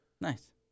Nice